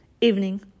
evening